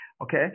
Okay